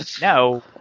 No